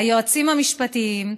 היועצים המשפטיים,